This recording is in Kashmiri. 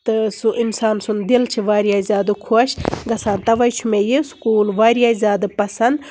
تہِ سُہ اِنسان سنٛد دِل چھُ واریاہ زیادٕ خۄش گژھان توے چھُ مےٚ سکوٗل واریاہ زیادٕ پسنٛد